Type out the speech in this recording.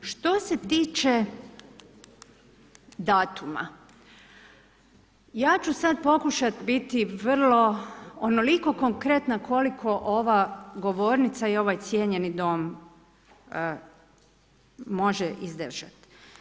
Što se tiče datuma, ja ću sad pokušati biti vrlo onoliko konkretna koliko ova govornica i ovaj cijenjeni dom može izdržati.